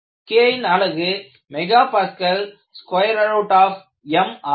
K ன் அலகு MPamஆகும்